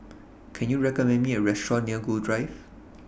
Can YOU recommend Me A Restaurant near Gul Drive